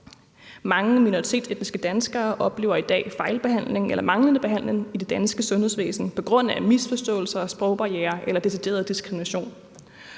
Mange minoritetsetniske danskere oplever i dag fejlbehandling eller manglende behandling i det danske sundhedsvæsen på grund af misforståelser, sprogbarrierer eller decideret diskrimination,